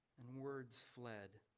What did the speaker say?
and words fled.